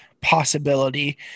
possibility